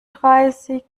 dreißig